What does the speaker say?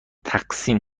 تقسیم